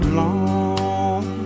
long